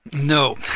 No